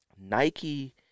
Nike